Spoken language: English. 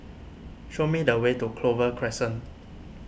show me the way to Clover Crescent